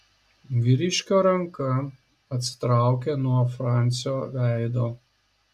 vyriškio ranka atsitraukė nuo francio veido